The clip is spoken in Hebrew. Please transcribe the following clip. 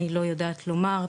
אני לא יודעת לומר,